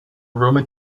roman